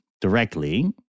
directly